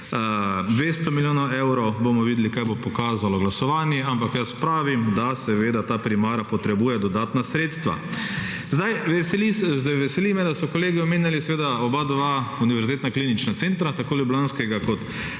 200 milijonov evrov. Bomo videli, kaj bo pokazalo glasovanje, ampak jaz pravim, da seveda ta primara potrebuje dodatna sredstva. Zdaj, veseli me, da so kolegi omenjali seveda oba dva univerzitetna klinična centra, tako ljubljanskega kot